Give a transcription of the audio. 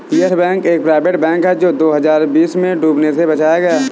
yes Bank एक private bank है जो दो हज़ार बीस में डूबने से बचाया गया